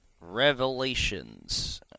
Revelations